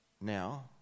Now